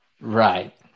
Right